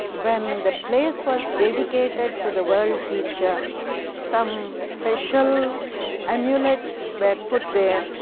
when the place was dedicated to the world teacher some special amulets were put there.